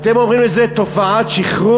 אתם אומרים על זה תופעת שכרות?